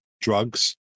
drugs